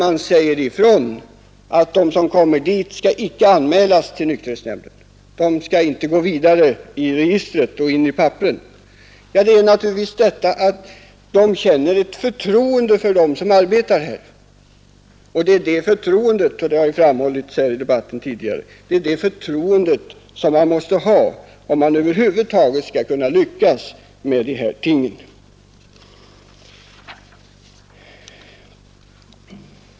Där säger man ifrån att de som kommer dit icke skall anmälas till nykterhetsnämnden — de skall inte gå vidare in i registren. Ja, det är naturligtvis så att de hjälpsökande känner ett förtroende för dem som arbetar där. Det är det förtroendet — detta har framhållits i debatten här tidigare — som måste finnas, om man över huvud taget skall kunna lyckas med de här tingen.